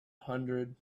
hundred